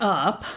up